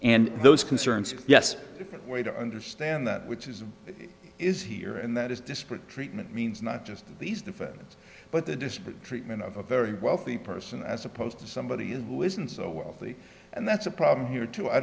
and those concerns yes that way to understand that which is is here and that is disparate treatment means not just these defendants but the disparate treatment of a very wealthy person as opposed to somebody who isn't so wealthy and that's a problem here too i